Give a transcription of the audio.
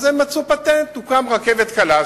אז הם מצאו פטנט: תוקם רכבת קלה,